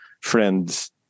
friends